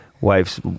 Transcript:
wife's